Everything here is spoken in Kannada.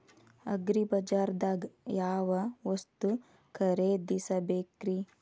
ಅಗ್ರಿಬಜಾರ್ದಾಗ್ ಯಾವ ವಸ್ತು ಖರೇದಿಸಬೇಕ್ರಿ?